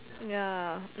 ya